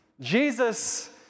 Jesus